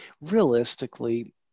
Realistically